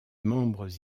membres